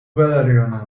veleriona